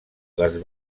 les